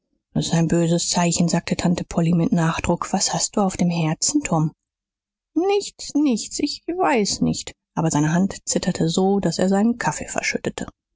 s ist ein böses zeichen sagte tante polly mit nachdruck was hast du auf dem herzen tom nichts nichts ich weiß nicht aber seine hand zitterte so daß er seinen kaffee verschüttete